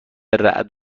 رعد